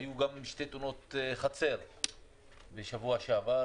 היו גם שתי תאונות חצר בשבוע שעבר,